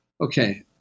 Okay